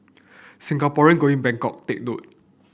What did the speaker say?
Singaporean going Bangkok take